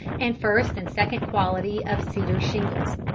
and first and second quality of cedar shingles.